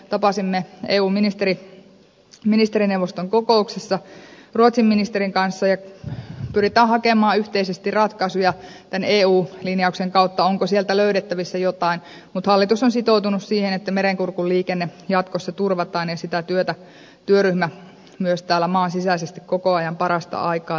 tapasimme eun ministerineuvoston kokouksessa ruotsin ministerin kanssa ja pyritään hakemaan yhteisesti ratkaisuja tämän eu linjauksen kautta onko sieltä löydettävissä jotain mutta hallitus on sitoutunut siihen että merenkurkun liikenne jatkossa turvataan ja sitä työtä työryhmä myös täällä maan sisäisesti koko ajan parasta aikaa tekee